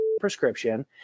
prescription